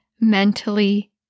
mentally